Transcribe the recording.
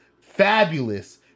Fabulous